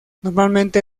normalmente